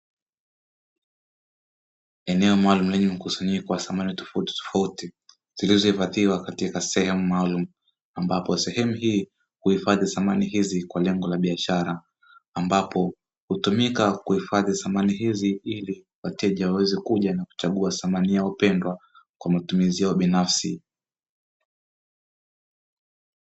Eneo maalumu lenye mkusanyiko wa samani tofautitofauti zilizohifadhiwa katika sehemu maalumu, ambapo sehemu hii kuhifadhi samani hizi kwa lengo la biashara ambapo hutumika kuhifadhi samani hizi ili wateja waweze kuja na kuchagua samani yao wapendwa kwa matumizi yao binafsi.